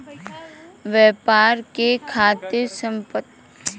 व्यापार के खातिर संपत्ति खरीदे खातिर फिक्स्ड कैपिटल क इस्तेमाल करल जाला